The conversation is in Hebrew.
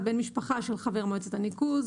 כשמדובר במשקיפים שהם מטעם רשויות הניקוז,